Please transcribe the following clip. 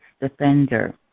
defender